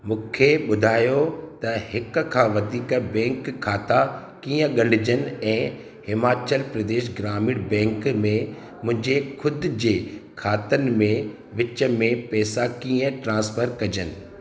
मूंखे ॿुधायो त हिक खां वधीक बैंक खाता कीअं ॻंढिजनि ऐं हिमाचल प्रदेश ग्रामीण बैंक में मुंहिंजे ख़ुदि जे खातनि जे विच में पैसा कीअं ट्रांसफर कजनि